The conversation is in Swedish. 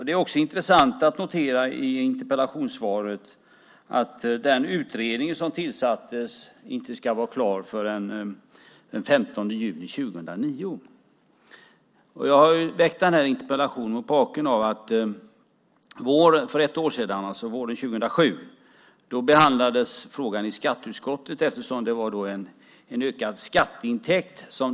Det är också intressant att notera i interpellationssvaret att den utredning som tillsattes inte ska vara klar förrän den 15 juni 2009. Jag har väckt interpellationen mot bakgrund av att frågan våren 2007 behandlades i skatteutskottet eftersom det handlade om en ökad skatteintäkt.